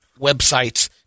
websites